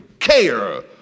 care